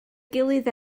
gilydd